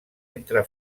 entra